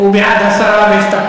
חלאס, חלאס.